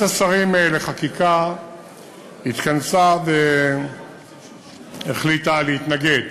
ועדת השרים לחקיקה התכנסה והחליטה להתנגד